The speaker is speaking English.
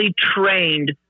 trained